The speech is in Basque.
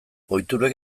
ohiturek